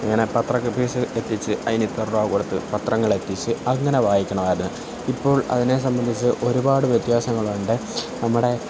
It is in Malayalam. ഇങ്ങനെ പത്ര സ് എത്തിച്ച് അതിന് ഇത്ര രൂപകൊടുത്ത് പത്രങ്ങളെത്തിച്ച് അങ്ങനെ വായിക്കണമായിരുന്നു ഇപ്പോൾ അതിനെ സംബന്ധിച്ച് ഒരുപാട് വ്യത്യാസങ്ങളുണ്ട് നമ്മടെ